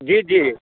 जी जी